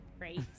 right